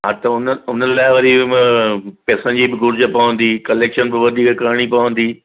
हा त हुन हुन लाइ वरी म पेसनि जे बि घुर्ज पवंदी कलैक्शन बि वधीक करिणी पवंदी